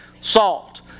salt